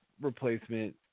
replacement